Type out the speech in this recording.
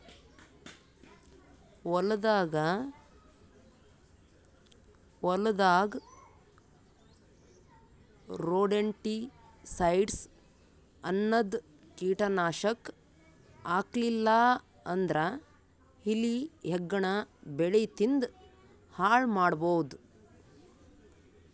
ಹೊಲದಾಗ್ ರೊಡೆಂಟಿಸೈಡ್ಸ್ ಅನ್ನದ್ ಕೀಟನಾಶಕ್ ಹಾಕ್ಲಿಲ್ಲಾ ಅಂದ್ರ ಇಲಿ ಹೆಗ್ಗಣ ಬೆಳಿ ತಿಂದ್ ಹಾಳ್ ಮಾಡಬಹುದ್